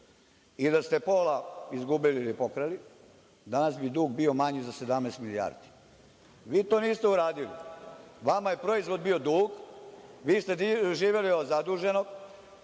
i da se pola izgubili ili pokrali, danas bi dug bio manji za 17 milijardi. Vi to niste uradili, vama je proizvod bio dug. Vi ste živeli od zaduženog,